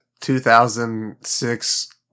2006